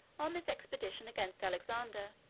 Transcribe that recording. on this expedition against alexander.